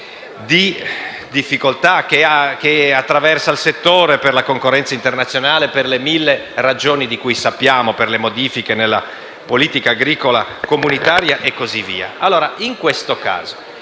di difficoltà che attraversa il settore, per la concorrenza internazionale, per le mille ragioni di cui sappiamo, per le modifiche nella politica agricola comunitaria e così via.